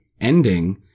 ending